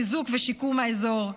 חיזוק ושיקום האזור.